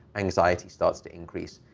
anxiety starts to increase.